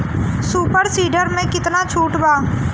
Super seeder मै कितना छुट बा?